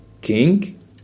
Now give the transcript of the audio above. king